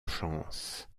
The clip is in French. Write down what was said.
chance